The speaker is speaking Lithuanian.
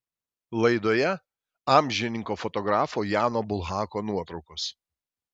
laidoje amžininko fotografo jano bulhako nuotraukos